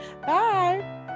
Bye